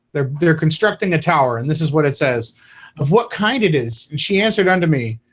they're they're constructing a tower and this is what it says of what kind it is she answered unto me.